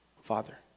Father